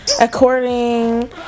according